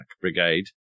brigade